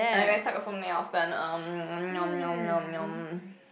okay let's talk about something else then